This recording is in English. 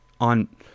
on